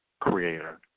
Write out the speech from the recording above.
creator